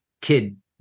kid